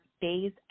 days